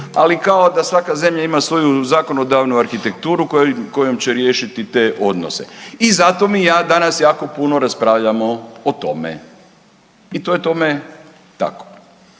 ali kao da svaka zemlja ima svoju zakonodavnu arhitekturu kojom će riješiti te odnose i zato mi, ja, danas jako puno raspravljamo o tome i to je tome tako.